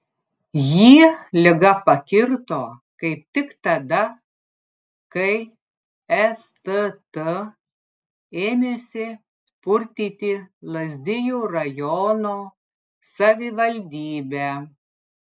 jį liga pakirto kaip tik tada kai stt ėmėsi purtyti lazdijų rajono savivaldybę